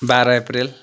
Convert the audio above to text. बाह्र अप्रेल